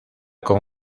con